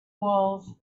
walls